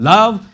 Love